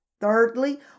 Thirdly